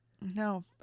no